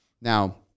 Now